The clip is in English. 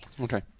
Okay